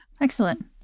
Excellent